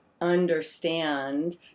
understand